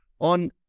on